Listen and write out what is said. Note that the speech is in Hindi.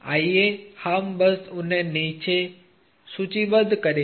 आइए हम बस उन्हें नीचे सूचीबद्ध करें